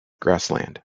grassland